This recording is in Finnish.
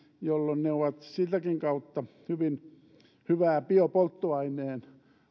jolloin ne ovat sitäkin kautta hyvää biopolttoaineen